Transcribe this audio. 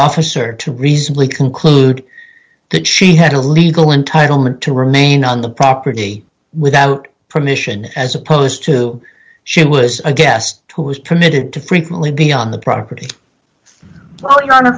officer to reasonably conclude that she had a legal entitlement to remain on the property without permission as opposed to she was a guest who was committed to frequently being on the property well you are